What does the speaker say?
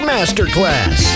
Masterclass